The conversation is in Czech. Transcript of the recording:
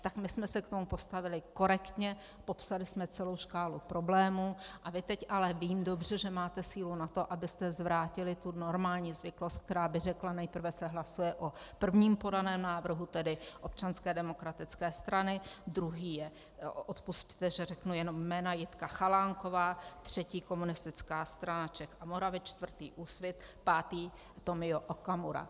Tak my jsme se k tomu postavili korektně, popsali jsme celou škálu problémů a vy teď ale vím dobře, že máte sílu na to, abyste zvrátili tu normální zvyklost, která by řekla: Nejprve se hlasuje o prvním podaném návrhu, tedy Občanské demokratické strany, druhý je, odpusťte, že řeknu jenom jména, Jitka Chalánková, třetí Komunistická strana Čech a Moravy, čtvrtý Úsvit, pátý Tomio Okamura.